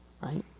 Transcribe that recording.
right